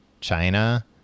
China